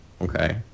Okay